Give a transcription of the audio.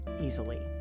easily